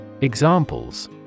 Examples